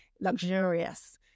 luxurious